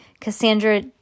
Cassandra